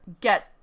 get